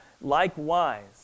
Likewise